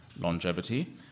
longevity